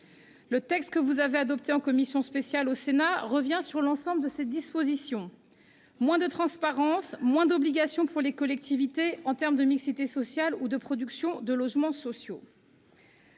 Le texte que la commission spéciale du Sénat a adopté revient sur l'ensemble de ces dispositions : moins de transparence, moins d'obligations pour les collectivités en termes de mixité sociale ou de production de logements sociaux.